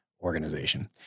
organization